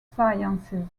sciences